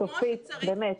צופית, באמת.